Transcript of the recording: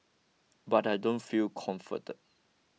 but I don't feel comforted